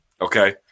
okay